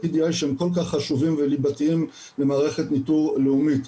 TDI שהם כל כך חשובים וליבתיים במערכת ניטור לאומית.